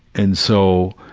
and so,